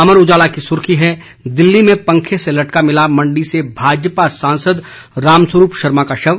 अमर उजाला की सुर्खी है दिल्ली में पंखे से लटका मिला मंडी से भाजपा सांसद रामखरूप शर्मा का शव